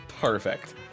Perfect